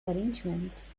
arrangements